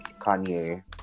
Kanye